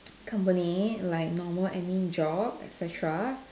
company like normal admin job et cetera